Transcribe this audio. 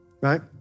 Right